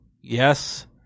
yes